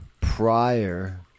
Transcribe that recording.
prior